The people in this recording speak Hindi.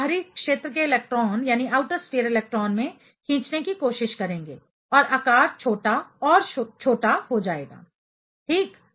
वे बाहरी क्षेत्र के इलेक्ट्रॉन में खींचने की कोशिश करेंगे और आकार छोटा और छोटा हो जाएगा ठीक